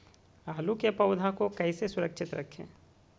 आलू के पौधा को कैसे सुरक्षित रखें?